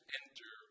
enter